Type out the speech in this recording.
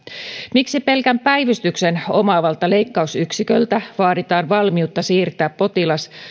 miksi pelkän päivystyksen omaavalta leikkausyksiköltä vaaditaan valmiutta siirtää potilas